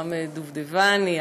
אברהם דובדבני,